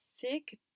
thick